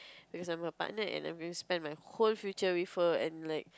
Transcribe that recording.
because I'm partner and I'm going to spend my whole future with her and like